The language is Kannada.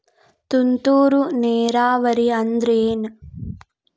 ತುಂತುರು ನೇರಾವರಿ ಅಂದ್ರ ಏನ್?